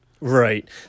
Right